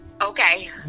Okay